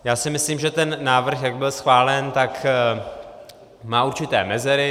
Já si myslím, že ten návrh, jak byl schválen, má určité mezery.